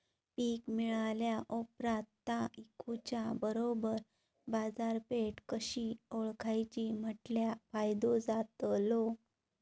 पीक मिळाल्या ऑप्रात ता इकुच्या बरोबर बाजारपेठ कशी ओळखाची म्हटल्या फायदो जातलो?